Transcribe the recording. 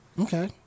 Okay